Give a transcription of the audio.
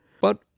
But